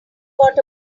got